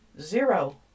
zero